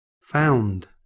found